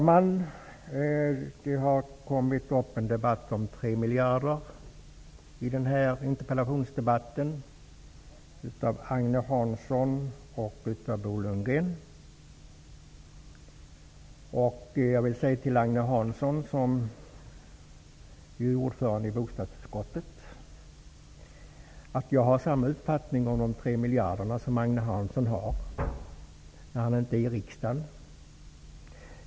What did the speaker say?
Herr talman! Agne Hansson och Bo Lundgren har här tagit upp en debatt om 3 miljarder. Jag vill säga till Agne Hansson, som ju är ordförande i bostadsutskottet, att jag har samma uppfattning om de 3 miljarderna som han har när han inte är i riksdagen.